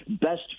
Best